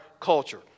culture